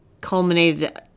culminated